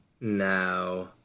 now